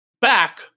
back